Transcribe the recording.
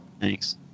Thanks